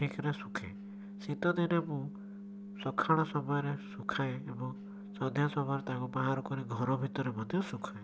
ଠିକରେ ଶୁଖେ ଶୀତଦିନେ ମୁଁ ସକାଳ ସମୟରେ ଶୁଖାଏ ଏବଂ ସନ୍ଧ୍ୟା ସମୟରେ ତାକୁ ବାହାରକୁ ଆଣି ଘର ଭିତରେ ମଧ୍ୟ ଶୁଖାଏ